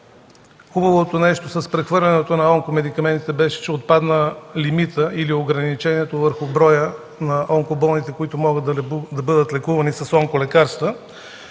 Хубавото нещо с прехвърлянето на онкомедикаментите беше, че отпадна лимитът или ограничението върху броя на онкоболните, които могат да бъдат лекувани с онколекарства.